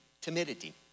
timidity